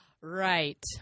Right